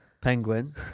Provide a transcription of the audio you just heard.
Penguin